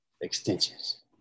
Extensions